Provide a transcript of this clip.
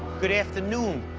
good afternoon.